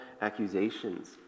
accusations